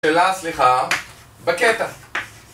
שאלה סליחה בקטע